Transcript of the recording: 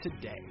today